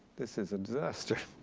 this is a disaster.